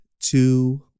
two